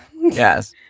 Yes